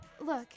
Look